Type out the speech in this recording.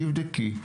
תבדקי.